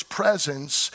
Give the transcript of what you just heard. presence